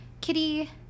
Kitty